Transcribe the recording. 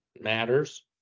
matters